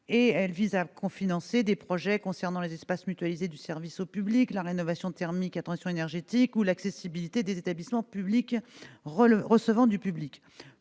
et vise à cofinancer des projets concernant les espaces mutualisés de services au public, la rénovation thermique et la transition énergétique, ou l'accessibilité des établissements recevant du public.